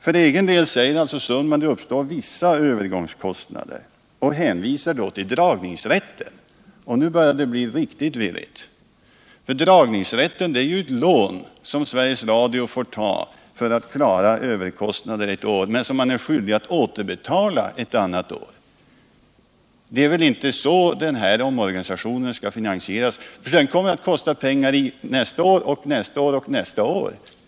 För egen del säger alltså Per Olof Sundman att det uppstår vissa övergångskostnader, och han hänvisar då till dragningsrätten. Nu börjar det bli riktigt virrigt. Dragningsrätten är ju ett lån som Sveriges Radio får ta för att klara överkostnader ett år men som man är skyldig att återbetala ett annat år. Det är väl inte så den här omorganisationen skall finansieras, för den kommer att kosta pengar nästa år och nästa år och nästa år.